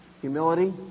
humility